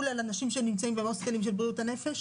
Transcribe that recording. על אנשים שנמצאים בהוסטלים של בריאות הנפש?